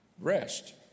Rest